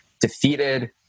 defeated